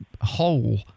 whole